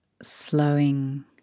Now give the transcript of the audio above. slowing